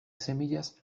semillas